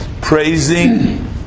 praising